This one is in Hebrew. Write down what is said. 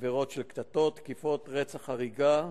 עבירות של קטטות, תקיפות, רצח, הריגה,